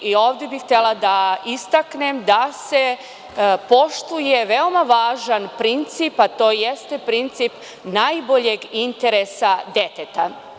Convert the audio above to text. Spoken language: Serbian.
Ovde bih htela da istaknem da se poštuje veoma važan princip, a to jeste princip najboljeg interesa deteta.